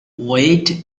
weight